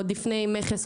עוד לפני מכס,